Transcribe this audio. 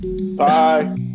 Bye